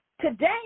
today